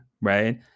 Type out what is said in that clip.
right